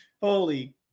Holy